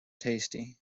tasty